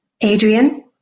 Adrian